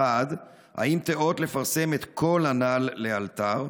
1. האם תיאות לפרסם את כל הנ"ל לאלתר?